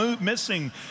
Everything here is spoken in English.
missing